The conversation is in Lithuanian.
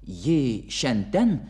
ji šen ten